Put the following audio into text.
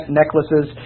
necklaces